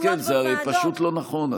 חברת הכנסת השכל, זה הרי פשוט לא נכון.